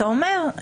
אתה אומר,